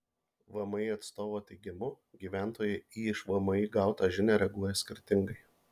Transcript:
vmi atstovo teigimu gyventojai į iš vmi gautą žinią reaguoja skirtingai